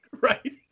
Right